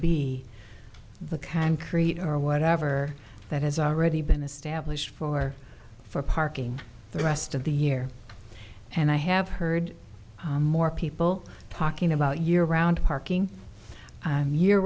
be the can create or whatever that has already been established for for parking the rest of the year and i have heard more people talking about year round parking year